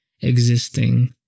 existing